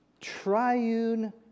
triune